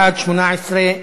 בעד, 18,